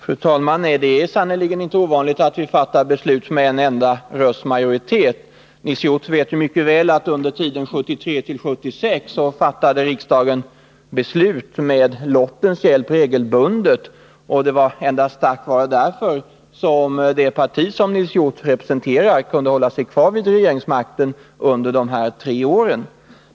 Fru talman! Nej, det är sannerligen inte ovanligt att vi fattar beslut med en enda rösts majoritet. Nils Hjorth vet mycket väl att under tiden 1973-1976 fattade riksdagen regelbundet beslut med lottens hjälp. Det var endast tack vare fru Fortuna som det parti Nils Hjorth representerar kunde hålla sig kvar vid makten under dessa tre år.